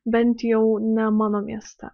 bent jau ne mano mieste